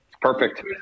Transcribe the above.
Perfect